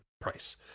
price